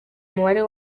umubare